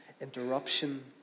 interruption